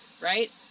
right